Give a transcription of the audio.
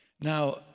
Now